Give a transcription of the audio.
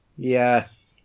Yes